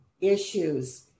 issues